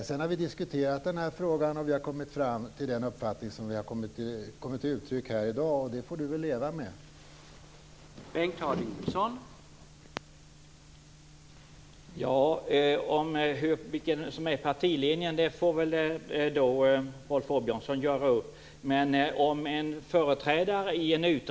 När vi har diskuterat frågan har vi kommit fram till den uppfattning som jag har givit uttryck för här i dag, och det får väl Bengt Harding Olson leva med.